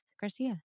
garcia